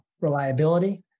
reliability